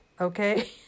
Okay